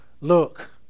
look